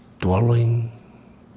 dwelling